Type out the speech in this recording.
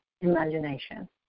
Imagination